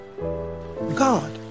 God